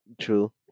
True